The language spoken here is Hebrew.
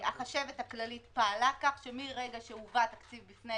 החשבת הכללית פעלה כך שמרגע שהובא תקציב בפני